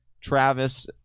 Travis